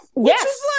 Yes